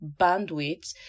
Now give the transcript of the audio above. bandwidth